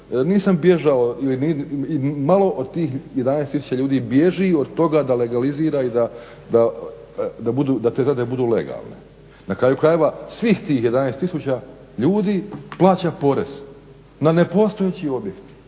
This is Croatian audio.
Nisam bježao ili malo od tih 11 000 ljudi bježi od toga da legalizira i da te zgrade budu legalne. Na kraju krajeva, svih tih 11 000 ljudi plaća porez na nepostojeći objekt.